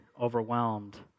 overwhelmed